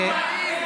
רמאים.